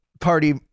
party